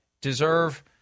deserve